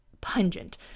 pungent